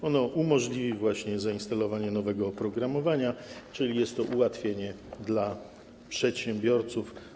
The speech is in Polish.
To umożliwi zainstalowanie nowego oprogramowania, czyli jest to ułatwienie dla przedsiębiorców.